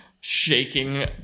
shaking